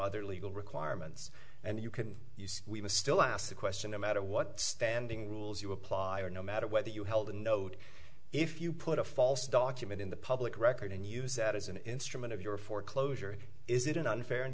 other legal requirements and you can use we will still ask the question no matter what standing rules you apply or no matter whether you held a note if you put a false document in the public record and use that as an instrument of your foreclosure is it an unfair and